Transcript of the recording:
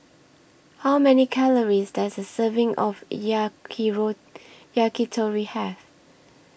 How Many Calories Does A Serving of Yakitori Have